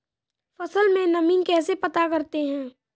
फसल में नमी कैसे पता करते हैं?